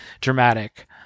dramatic